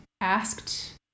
asked